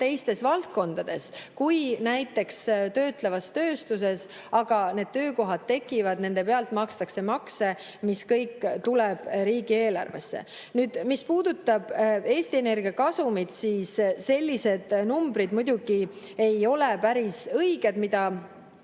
teistes valdkondades kui näiteks töötlevas tööstuses, aga need töökohad tekivad, nende pealt makstakse makse, mis kõik tuleb riigieelarvesse. Mis puudutab Eesti Energia kasumit, siis sellised numbrid, mida siin kasutatakse, muidugi